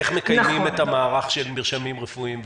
איך מקיימים את המערך של מרשמים רפואיים ותרופות?